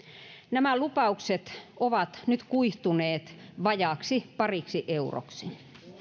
nämä lupaukset ovat nyt kuihtuneet vajaaksi pariksi euroksi